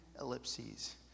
Ellipses